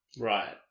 Right